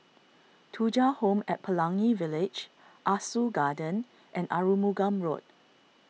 Thuja Home at Pelangi Village Ah Soo Garden and Arumugam Road